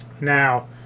Now